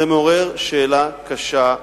זה מעורר שאלה קשה,